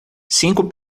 cinco